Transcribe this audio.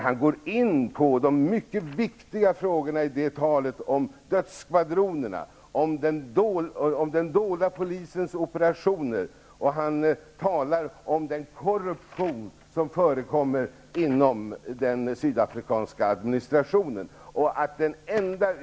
Han gick också in på de viktiga frågorna om dödsskvadronerna, den dolda polisens operationer och den korruption som förekommer inom den sydafrikanska administrationen.